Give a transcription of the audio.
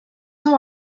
ont